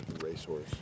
Racehorse